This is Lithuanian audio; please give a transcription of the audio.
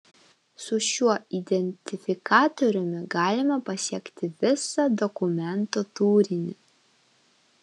su šiuo identifikatoriumi galima pasiekti visą dokumento turinį